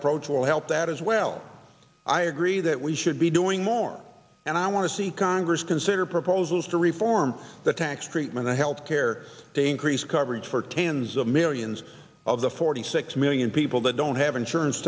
approach will help that as well i agree that we should be doing more and i want to see congress consider proposals to reform the tax treatment and health care to increase coverage for tens of millions of the forty six million people that don't have insurance